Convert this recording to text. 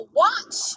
watch